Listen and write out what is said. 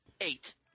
Eight